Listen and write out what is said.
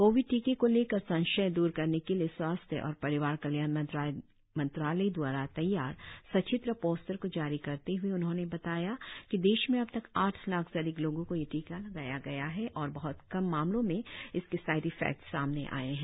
Covid टीके को लेकर संशय द्र करने के लिए स्वास्थ्य और परिवार कल्याण मंत्रालय द्वारा तैयार सचित्र पोस्टर को जारी करते हए उन्होंने बताया कि देश में अब तक आठ लाख से अधिक लोगों को यह टीका लगाया गया है और बहत कम मामलों में इसके साइड इफेक्टस सामने आए हैं